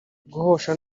guhosha